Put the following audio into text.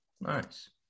Nice